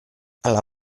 alla